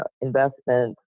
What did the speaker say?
investment